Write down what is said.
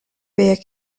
beer